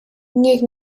niech